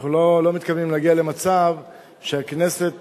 אנחנו לא מתכוונים להגיע למצב שהכנסת